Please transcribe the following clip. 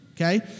Okay